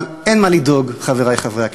אבל אין מה לדאוג, חברי חברי הכנסת,